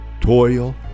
toil